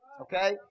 Okay